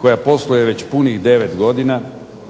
koja posluje već punih 9 godina,